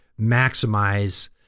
maximize